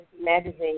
Magazine